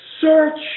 search